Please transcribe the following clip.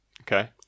Okay